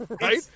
Right